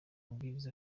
mabwiriza